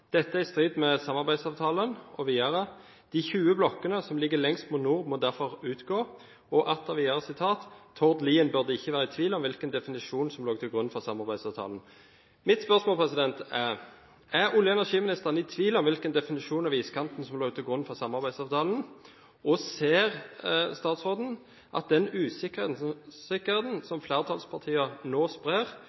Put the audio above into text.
er i strid med samarbeidsavtalen.» Og videre: «De 20 blokkene som ligger lengst mot nord, må derfor utgå.» Og atter videre: «Tord Lien burde ikke være i tvil om hvilken definisjon av iskanten som lå til grunn for samarbeidsavtalen.» Mitt spørsmål er: Er olje- og energiministeren i tvil om hvilken definisjon av iskanten som lå til grunn for samarbeidsavtalen, og ser statsråden at den usikkerheten som flertallspartiene nå sprer